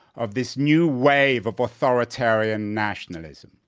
of this new wave of authoritarian nationalism.